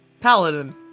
paladin